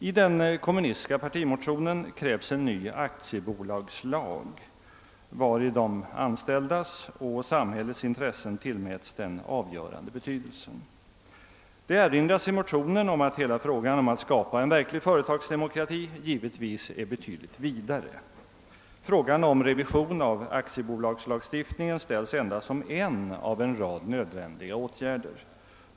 I den kommunistiska partimotionen krävs en ny aktiebolagslag, där de anställdas och samhällets intressen tillmätes den avgörande betydelsen. I motionen erinras om att hela frågan om att skapa verklig företagsdemokrati givetvis är betydligt vidare. En revision av aktiebolagslagstiftningen uppställes endast som en av en rad nödvändiga åtgärder.